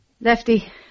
Lefty